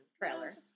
trailer